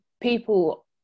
people